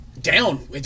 Down